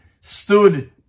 stood